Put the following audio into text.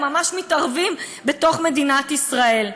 הם ממש מתערבים בתוך מדינת ישראל.